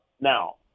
now